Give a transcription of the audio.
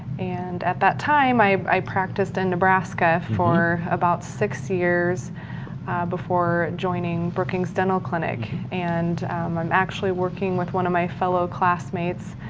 and at that time, i i practiced in and nebraska for about six years before joining brookings dental clinic, and i'm actually working with one of my fellow classmates,